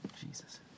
Jesus